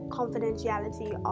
confidentiality